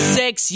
six